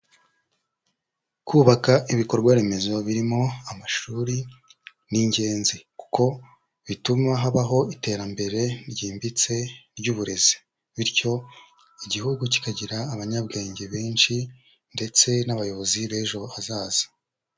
Kubaka ibikorwa remezo birimo amashuri ni ingenzi kuko bituma habaho iterambere ryimbitse ry'uburezi bityo igihugu kikagira abanyabwenge benshi ndetse n'abayobozi b'ejo hazaza.